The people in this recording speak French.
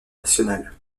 nationale